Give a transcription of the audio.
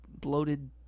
bloated